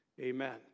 Amen